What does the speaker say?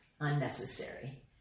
unnecessary